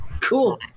Cool